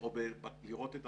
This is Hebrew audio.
האם משקי הבית שבאים לטייל בחולה,